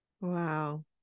Wow